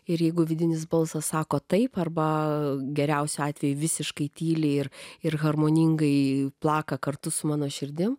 ir jeigu vidinis balsas sako taip arba geriausiu atveju visiškai tyliai ir ir harmoningai plaka kartu su mano širdim